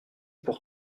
pour